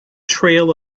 trail